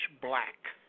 black